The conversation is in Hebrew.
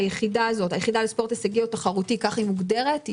היחידה לספורט תחרותי או הישגי כך היא מוגדרת?